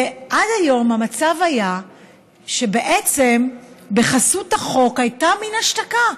עד היום המצב היה שבעצם בחסות החוק הייתה מין השתקה,